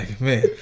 man